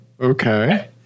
Okay